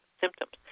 symptoms